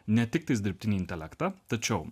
ne tik tas dirbtinį intelektą tačiau